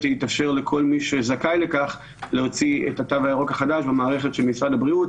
יתאפשר לכל מי זכאי לכך להוציא את התו הירוק החדש ממערכת של משרד הבריאות.